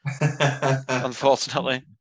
unfortunately